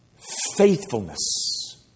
Faithfulness